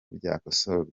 byakosorwa